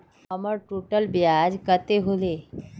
हमर टोटल ब्याज कते होले?